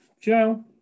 Joe